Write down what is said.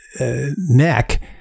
neck